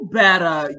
better